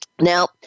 Now